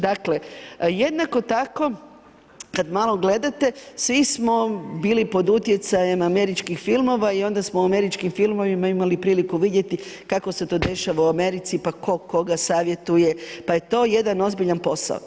Dakle jednako tako, kad malo gledate svi smo bili pod utjecajem američkih filmova i onda smo u američkim filmovima imali priliku vidjeti kako se to dešava u Americi, pa tko koga savjetuje pa je to jedan ozbiljan posao.